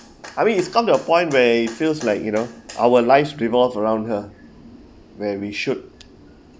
I mean it's come to a point where it feels like you know our lives revolve around her where we should